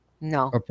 No